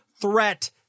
threat